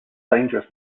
dangerous